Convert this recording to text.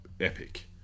epic